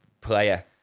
player